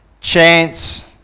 chance